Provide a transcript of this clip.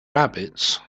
rabbits